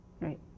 Right